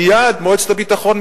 מייד מועצת הביטחון: